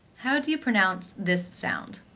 how do you pronounce this sound?